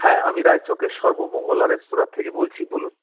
হ্যাঁ আমি রায়চকের সর্বমঙ্গলা রেস্তোরাঁ থেকে বলছি বলুন